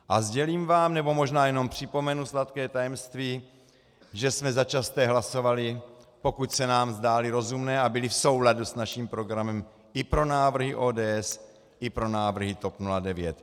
A sdělím vám, nebo možná jenom připomenu sladké tajemství, že jsme začasté hlasovali, pokud se nám zdály rozumné a byly v souladu s naším programem, i pro návrhy ODS i pro návrhy TOP 09.